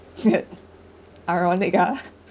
ironic ah